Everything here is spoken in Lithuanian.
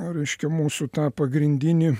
raiškia mūsų tą pagrindinį